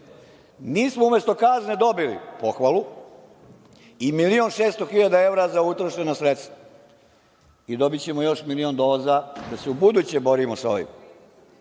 Mi smo umesto kazne dobili, pohvalu i milion i 600 hiljada evra za utrošena sredstva i dobićemo još milion da se ubuduće borimo sa ovim. Mi